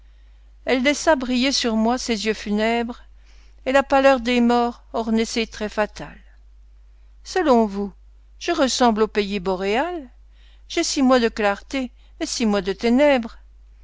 elle laissa briller sur moi ses yeux funèbres et la pâleur des morts ornait ses traits fatals selon vous je ressemble aux pays boréals j'ai six mois de clartés et six mois de ténèbres